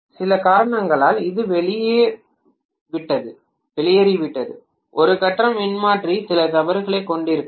சில காரணங்களால் இது வெளியேறிவிட்டது ஒரு கட்டம் மின்மாற்றி சில தவறுகளைக் கொண்டிருந்திருக்கலாம்